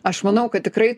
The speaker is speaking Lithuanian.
aš manau kad tikrai